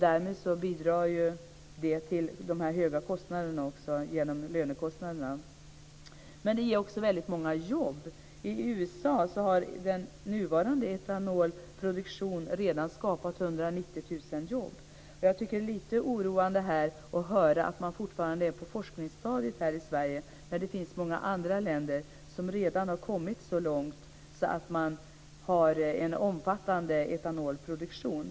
Det bidrar till höga kostnader genom lönekostnaderna. Men det ger också många jobb. I USA har nuvarande etanolproduktion redan skapat 190 000 jobb. Jag tycker att det är lite oroande att höra att man fortfarande är på forskningsstadiet här i Sverige när det finns många andra länder som redan har kommit så långt att man har en omfattande etanolproduktion.